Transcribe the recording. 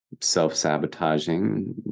self-sabotaging